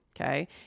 okay